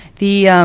the